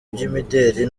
by’imideli